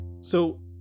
so-